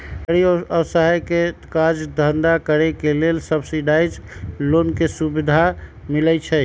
गरीब असहाय के काज धन्धा करेके लेल सब्सिडाइज लोन के सुभिधा मिलइ छइ